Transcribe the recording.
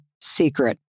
secret